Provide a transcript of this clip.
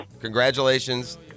congratulations